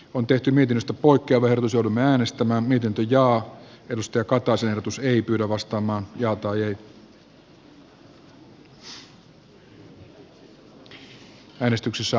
on tehty miten voi kävelysoudun äänestämään mitelty ja pyrstö katoa sijoitus ei pyydä vasta maa tekemää ehdotusta